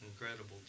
incredible